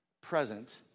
present